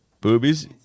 Boobies